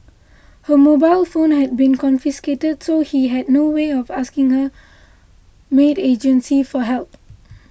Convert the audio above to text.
her mobile phone had been confiscated so she had no way of asking her maid agency for help